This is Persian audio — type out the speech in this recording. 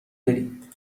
بری